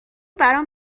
برام